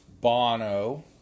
Bono